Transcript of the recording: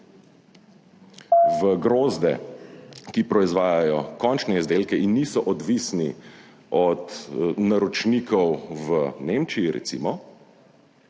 v grozde, ki proizvajajo končne izdelke in niso odvisni od naročnikov, v Nemčiji, recimo,